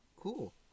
Cool